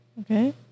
Okay